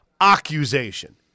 accusation